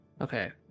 Okay